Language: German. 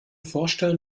vorstellen